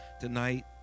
tonight